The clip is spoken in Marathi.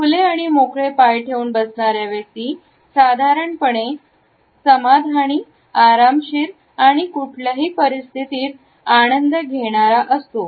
खुले आणि मोकळे पाय ठेवून बसणाऱ्या व्यक्ती साधारण पुणे समाधानी आरामशीर आणि कुठल्याही परिस्थितीत आनंद घेणार असतो